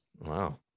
wow